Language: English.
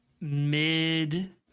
mid